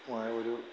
മായൊരു